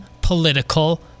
political